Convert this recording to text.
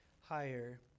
higher